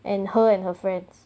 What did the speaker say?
and her and her friends